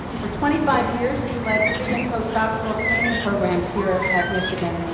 for twenty five years, he led pre-imposed doctoral training programs here at at michigan,